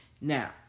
Now